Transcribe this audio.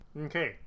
Okay